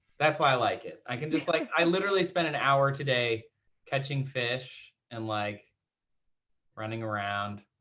that's why i like it. i can just like i literally spent an hour today catching fish and like running around,